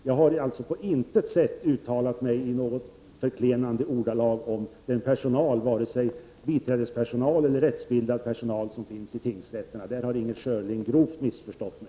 Jag har alltså på intet sätt uttalat mig i förklenande ordalag om personalen, varken biträdespersonal eller rättsbildad personal, vid tingsrätterna. På den punkten har Inger Schörling grovt missförstått mig.